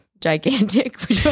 gigantic